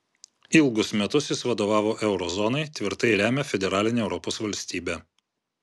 ilgus metus jis vadovavo euro zonai tvirtai remia federalinę europos valstybę